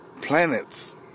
planets